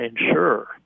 ensure –